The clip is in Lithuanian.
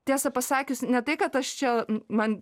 tiesą pasakius ne tai kad aš čia man